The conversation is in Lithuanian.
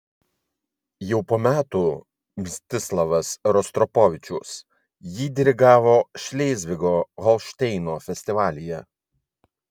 jau po metų mstislavas rostropovičius jį dirigavo šlėzvigo holšteino festivalyje